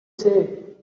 say